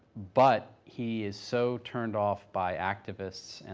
but he is so turned off by activists,